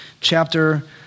chapter